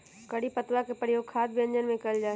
करी पत्तवा के प्रयोग खाद्य व्यंजनवन में कइल जाहई